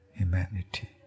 humanity